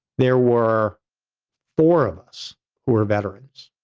there were four of us who are veterans.